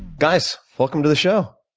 guys, welcome to the show.